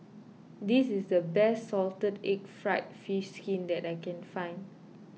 this is the best Salted Egg Fried Fish Skin that I can find